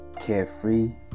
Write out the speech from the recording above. carefree